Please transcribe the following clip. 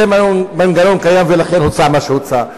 זה מנגנון קיים ולכן הוצע מה שהוצע.